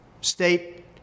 state